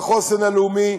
בחוסן הלאומי,